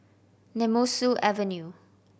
Nemesu Avenue